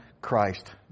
Christ